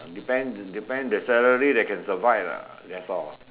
depend depend the salary that can survive ah that's all